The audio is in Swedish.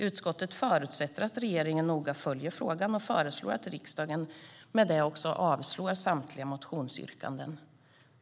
Utskottet förutsätter att regeringen noga följer frågan samt föreslår att riksdagen avslår samtliga motionsyrkanden.